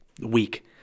week